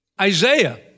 Isaiah